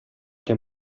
che